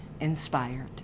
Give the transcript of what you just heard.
inspired